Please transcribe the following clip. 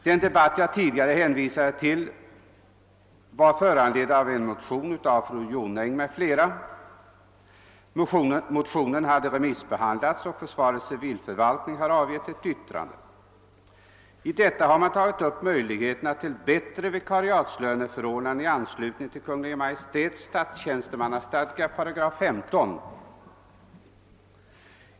Den debatt jag tidigare hänvisade till var föranledd av en motion av fru Jonäng m.fl. Motionen hade remissbehandlats. Försvarets = civilförvaltning hade i avgivet yttrande tagit upp möjligheterna till bättre vikariatslöneförordnande i anslutning till Kungl. Maj:ts statstjänstemannastadga 15 §.